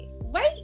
Wait